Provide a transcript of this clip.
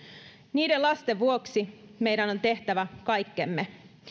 niiden lasten vuoksi meidän on tehtävä kaikkemme